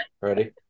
ready